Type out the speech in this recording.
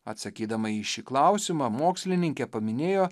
atsakydama į šį klausimą mokslininkė paminėjo